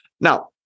now